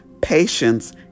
patience